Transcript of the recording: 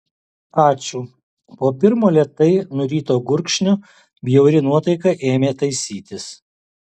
ačiū po pirmo lėtai nuryto gurkšnio bjauri nuotaika ėmė taisytis